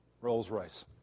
Rolls-Royce